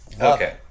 Okay